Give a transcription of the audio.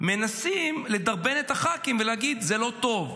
מנסים לדרבן את הח"כים ולהגיד: זה לא טוב,